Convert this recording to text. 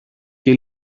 και